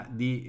di